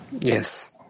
Yes